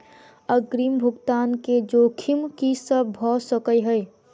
अग्रिम भुगतान केँ जोखिम की सब भऽ सकै हय?